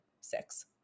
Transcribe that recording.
six